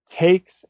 takes